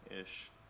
ish